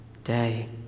day